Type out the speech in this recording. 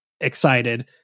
excited